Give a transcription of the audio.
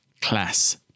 class